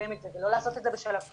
לקדם את זה ולא לעשות את זה בשלב ג'.